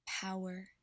power